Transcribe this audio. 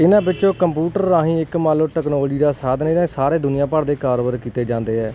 ਇਹਨਾਂ ਵਿੱਚੋਂ ਕੰਪਿਊਟਰ ਰਾਹੀਂ ਇੱਕ ਮੰਨ ਲੋ ਟੈਕਨੋਲੋਜੀ ਦਾ ਸਾਧਨ ਇਹਦਾ ਸਾਰੀ ਦੁਨੀਆਂ ਭਰ ਦੇ ਕਾਰੋਬਾਰ ਕੀਤੇ ਜਾਂਦੇ ਆ